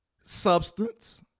substance